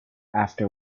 after